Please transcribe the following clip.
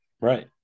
right